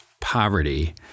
poverty